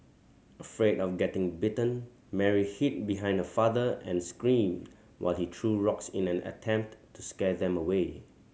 afraid of getting bitten Mary hid behind her father and screamed while he threw rocks in an attempt to scare them away